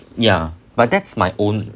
ya but that's my own